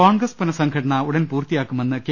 കോൺഗ്രസ് പുനഃസംഘടന ഉടൻ പൂർത്തിയാക്കുമെന്ന് കെ